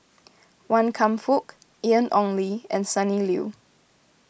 Wan Kam Fook Ian Ong Li and Sonny Liew